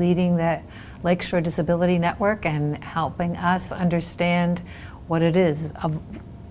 leading that like show disability network and helping us understand what it is